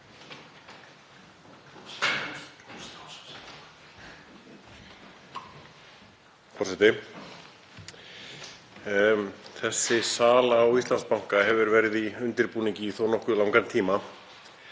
Þessi sala á Íslandsbanka hefur verið í undirbúningi í þó nokkuð langan tíma,